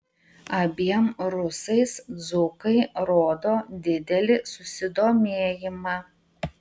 abiem rusais dzūkai rodo didelį susidomėjimą